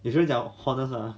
有些人讲 hornest ah